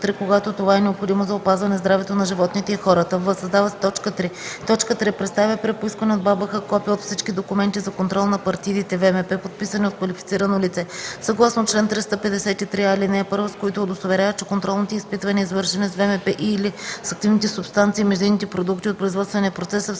когато това е необходимо за опазване здравето на животните и хората;”; в) създава се т. 3: „3. представя при поискване от БАБХ копия от всички документи за контрол на партидите ВМП, подписани от квалифицирано лице, съгласно чл. 353а, ал. 1, с които удостоверява, че контролните изпитвания, извършени с ВМП и/или с активните субстанции и междинните продукти от производствения процес са в съответствие